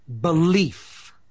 Belief